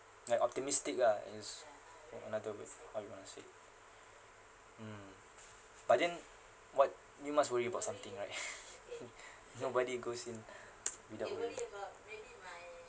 like optimistic lah is or another way how you want to say mm but then what you must worry about something right nobody goes in without worry